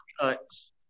cuts